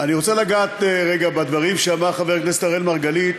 אני רוצה לגעת רגע בדברים שאמר חבר הכנסת אראל מרגלית,